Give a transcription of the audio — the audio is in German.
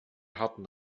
harten